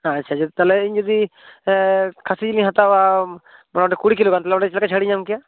ᱟᱪᱪᱷᱟ ᱛᱟᱦᱚᱞᱮ ᱤᱧ ᱡᱩᱫᱤ ᱠᱷᱟᱥᱤ ᱡᱤᱞᱤᱧ ᱦᱟᱛᱟᱣᱟ ᱢᱚᱴᱟᱢᱩᱴᱤ ᱠᱩᱲᱤ ᱠᱤᱞᱳ ᱜᱟᱱ ᱛᱟᱦᱚᱞᱮ ᱚᱸᱰᱮ ᱪᱮᱫ ᱞᱮᱠᱟ ᱪᱷᱟᱲᱤᱧ ᱧᱟᱢ ᱠᱮᱭᱟ